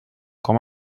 com